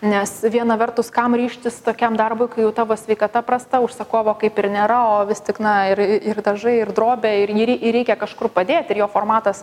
nes viena vertus kam ryžtis tokiam darbui kai jau tavo sveikata prasta užsakovo kaip ir nėra o vis tik na ir ir dažai ir drobė ir jį reikia kažkur padėt ir jo formatas